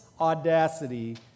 audacity